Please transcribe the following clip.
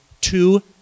two